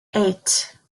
eight